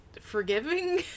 forgiving